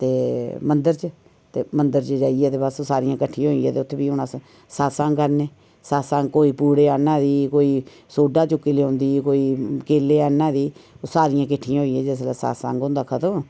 ते मंदर च ते मंदर च जेइयै बस सारियें किट्ठी होइयै ते उत्थैं बी हून सतसंग करने सतसंग कोई पूड़े आना दी कोई सोडा चुक्की लेयोंदी कोई केले आहनै दी सारियें किट्ठी होइयै जिसलै सतसंग होंदा खतम